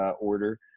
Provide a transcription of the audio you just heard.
order